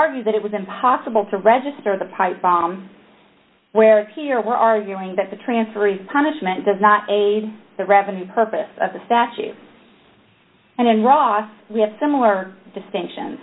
argues that it was impossible to register the pipe bomb whereas here we're arguing that the transferees punishment does not a revenue purpose of the statute and then ross we have similar distinction